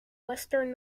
western